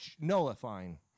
Nullifying